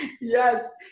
yes